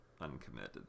uncommitted